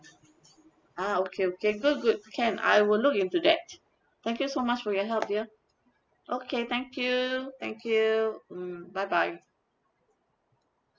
ah okay okay good good can I will look into that thank you so much for your help dear okay thank you thank you mm bye bye